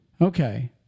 Okay